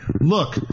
Look